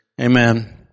Amen